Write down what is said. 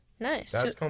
nice